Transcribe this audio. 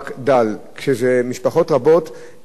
למשפחות רבות אין דברים אחרים,